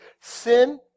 sin